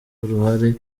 uruhare